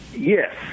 Yes